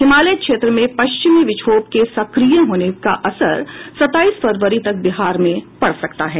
हिमालय क्षेत्र में पश्चिमी विक्षोभ के सक्रिय होने का असर सत्ताईस फरवरी तक बिहार में पड़ सकता है